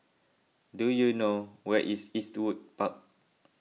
do you know where is Eastwood Park